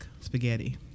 spaghetti